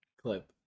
clip